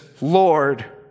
Lord